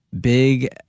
big